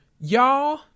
Y'all